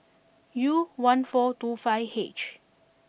U one four two five H